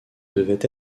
devait